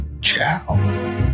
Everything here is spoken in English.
Ciao